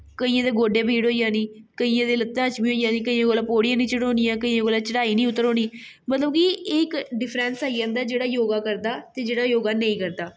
कुसै गी गोड्डै पीड़ होई जानी केइयें दे लत्ता च पीड़ होई जानी केइयें कोला पोढियां नेईं चढ़ोनियां केइयें कोला चढ़ाई नेईं उतरनी मतलब कि एह् इक डिफरेंस आई जंदा जेह्ड़ा योगा करदा ते जेह्ड़ा योगा नेईं करदा